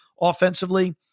offensively